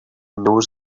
knows